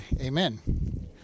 Amen